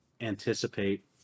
anticipate